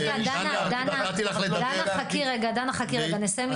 דנה, חכי רגע, נסיים לשמוע ונעבור אלייך.